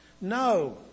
No